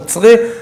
נוצרי.